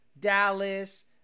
Dallas